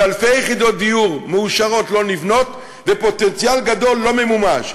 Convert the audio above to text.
ואלפי יחידות דיור מאושרות לא נבנות ופוטנציאל גדול לא ממומש.